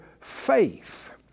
faith